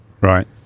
Right